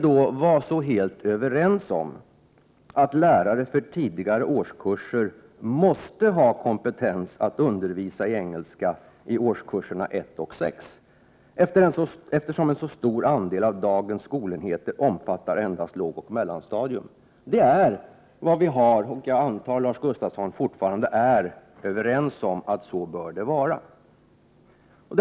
Då var vi helt överens om att lärare för tidigare årskurser måste ha kompetens att undervisa i engelska i årskurserna 1 och 6, eftersom en så stor andel av dagens skolenheter omfattar endast lågoch mellanstadiet. Jag antar att Lars Gustafsson fortfarande är överens med mig om att det bör vara på det sättet.